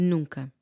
Nunca